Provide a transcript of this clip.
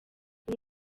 uru